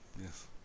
Yes